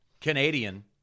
Canadian